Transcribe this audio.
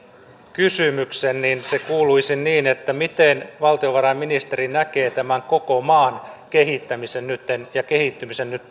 kysymyksen niin se kuuluisi niin että miten valtiovarainministeri näkee tämän koko maan kehittämisen ja kehittymisen nyt